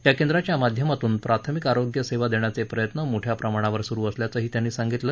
या केंद्राच्या माध्यमातून प्राथमिक आरोग्य सेवा देण्याचे प्रयत्न मोठ्या प्रमाणावर सुरु असल्याचंही त्यांनी सांगितलं